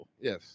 Yes